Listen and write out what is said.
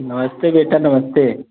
नमस्ते बेटा नमस्ते